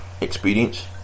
experience